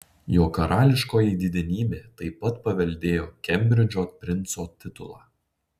jo karališkoji didenybė taip pat paveldėjo kembridžo princo titulą